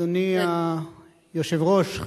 אדוני היושב-ראש,